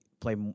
play